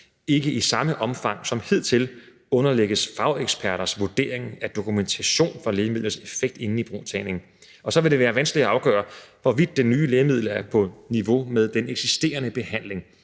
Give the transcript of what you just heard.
ikke i samme omfang som hidtil underlægges fageksperters vurdering af dokumentation for lægemidlets effekt inden ibrugtagning. Og så vil det være vanskeligt at afgøre, hvorvidt det nye lægemiddel er på niveau med den eksisterende behandling.